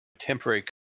temporary